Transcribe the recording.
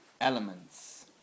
elements